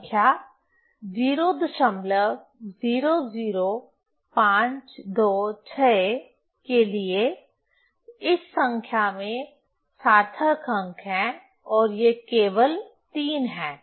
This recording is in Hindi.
संख्या 000526 के लिए इस संख्या में सार्थक अंक हैं यह केवल 3 हैं